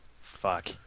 Fuck